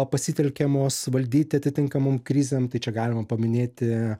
pasitelkiamos valdyti atitinkamom krizėm tai čia galima paminėti